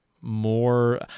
more